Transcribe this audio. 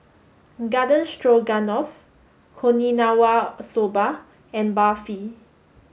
Garden Stroganoff Okinawa Soba and Barfi